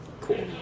Cool